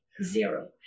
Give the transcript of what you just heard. zero